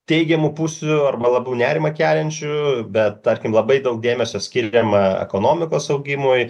teigiamų pusių arba labiau nerimą keliančių bet tarkim labai daug dėmesio skiriama ekonomikos augimui